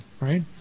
right